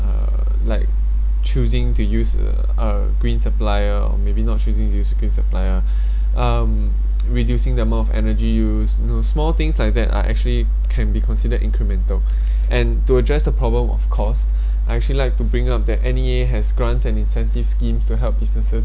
uh like choosing to use err a green supplier or maybe not choosing to use a green supplier um reducing the amount of energy used you know small things like that are actually can be considered incremental and to address the problem of costs I'd actually like to bring up that N_E_A has grants and incentive schemes to help busi~